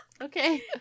Okay